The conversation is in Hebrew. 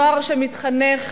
נוער שמתחנך